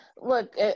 look